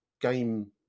game